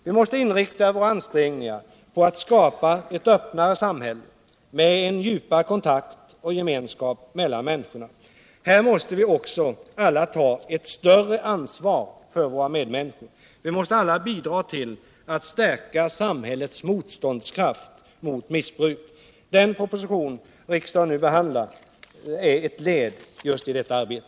Vi måste inrikta våra ansträngningar på att skapa ett öppnare samhälle med en djupare kontakt och gemenskap mellan människorna. Här måste vi också alla ta ett större ansvar för våra medmänniskor. Vi måste alla bidra till att stärka samhällets motståndskraft mot missbruk. Den proposition riksdagen nu behandlar är ett led i just detta arbete.